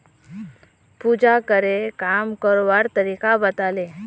पूजाकरे काम करवार तरीका बताले